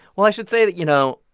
well, i should say that, you know,